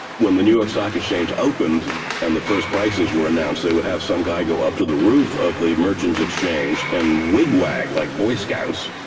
when the new york stock exchange opened and the first prices were announced, they would have some guy go up to the roof of the merchants' exchange and wig-wag, like boy scouts,